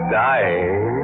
dying